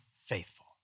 faithful